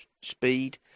speed